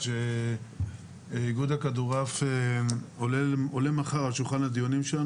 איגוד הכדורעף עולה מחר על שולחן הדיונים שלנו,